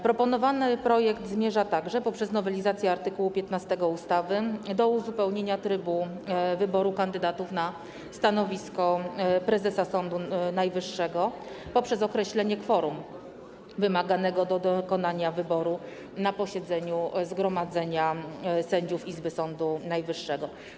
Proponowany projekt zmierza także poprzez nowelizację art. 15 ustawy do uzupełnienia trybu wyboru kandydatów na stanowisko prezesa Sądu Najwyższego - poprzez określenie kworum wymaganego do dokonania wyboru na posiedzeniu zgromadzenia sędziów izby Sądu Najwyższego.